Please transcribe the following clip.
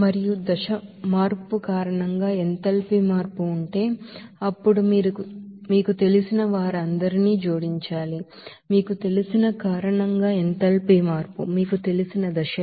మరియు phase change కారణంగా enthalpy మార్పు ఉంటే అప్పుడు మీరు మీకు తెలిసిన వారందరినీ జోడించాలి మీకు తెలిసిన కారణంగా ఎంథాల్పీ మార్పు మీకు తెలిసిన దశలు